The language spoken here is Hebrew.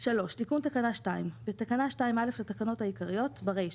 תיקון תקנה 2 3. בתקנה 2(א) לתקנות העיקריות - ברישה,